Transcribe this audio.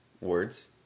words